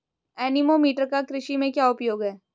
Anemometer का कृषि में क्या उपयोग है?